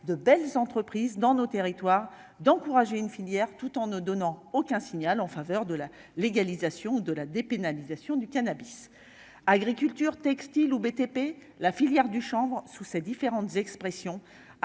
de belles entreprises dans nos territoires d'encourager une filière tout en ne donnant aucun signal en faveur de la légalisation de la dépénalisation du cannabis : agriculture, textile ou BTP la filière du chanvre sous ses différentes expressions